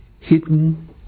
hidden